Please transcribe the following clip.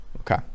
okay